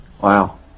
Wow